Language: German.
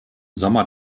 sommer